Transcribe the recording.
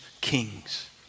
kings